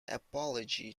apology